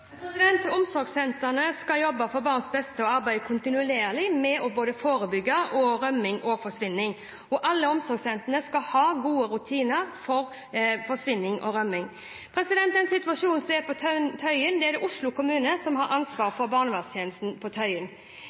Omsorgssentrene skal jobbe for barns beste og arbeide kontinuerlig med å forebygge både rømming og forsvinning. Alle omsorgssentrene skal ha gode rutiner med tanke på forsvinning og rømming. Til situasjonen på Tøyen: Det er Oslo kommune som har ansvaret for barnevernstjenesten på Tøyen.